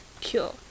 cure